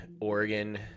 Oregon